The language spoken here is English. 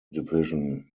division